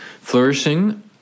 flourishing